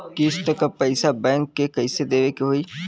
किस्त क पैसा बैंक के कइसे देवे के होई?